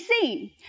seen